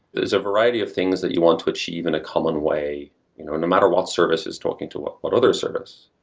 there's a variety of things that you want to achieve in a common way you know no matter what service is talking to what what other service.